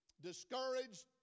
discouraged